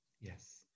Yes